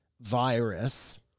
virus